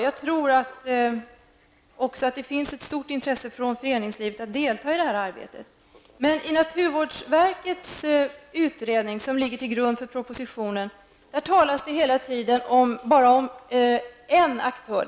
Jag tror också att det finns ett stort intresse hos föreningslivet att delta i det arbetet. Men i naturvårdsverkets utredning, som ligger till grund för propositionen, talas det hela tiden bara om en aktör.